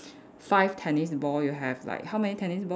five tennis ball you have like how many tennis ball